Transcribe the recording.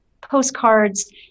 postcards